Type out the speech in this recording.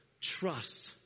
trust